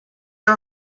are